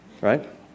Right